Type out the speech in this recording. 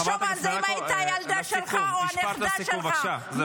תחשוב שזו הייתה הילדה שלך או הנכדה שלך.